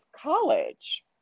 college